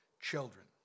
Children